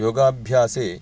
योगाभ्यासे